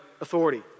authority